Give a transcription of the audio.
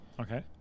Okay